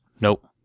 Nope